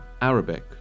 Arabic